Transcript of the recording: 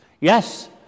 Yes